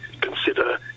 consider